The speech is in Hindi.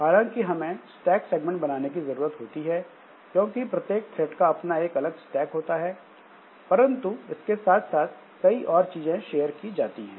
हालांकि हमें स्टैक सेगमेंट बनाने की जरूरत होती है क्योंकि प्रत्येक थ्रेड का अपना अलग स्टैक होता है परंतु इसके साथ साथ कई और चीजें शेयर की जाती हैं